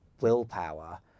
willpower